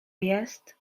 jest